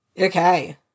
Okay